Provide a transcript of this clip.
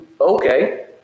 okay